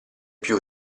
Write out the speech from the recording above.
più